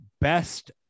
best